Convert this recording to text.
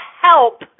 help